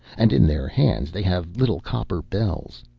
and in their hands they have little copper bells.